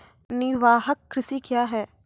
निवाहक कृषि क्या हैं?